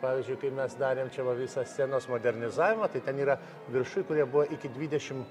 pavyzdžiui kai mes darėm čia va visą scenos modernizavimą tai ten yra viršuj kurie buvo iki dvidešim